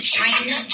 China